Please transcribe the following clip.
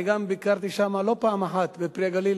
אני גם ביקרתי שם לא פעם אחת, ב"פרי הגליל".